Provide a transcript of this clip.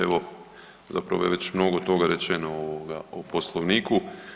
Evo, zapravo je već mnogo toga rečeno o Poslovniku.